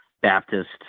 Baptist